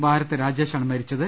വാരത്തെ രാജേഷാണ് മരിച്ചത്